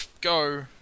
go